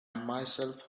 myself